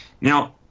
Now